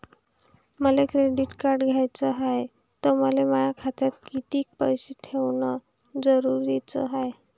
मले credit card घ्याचं हाय, त मले माया खात्यात कितीक पैसे ठेवणं जरुरीच हाय?